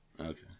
Okay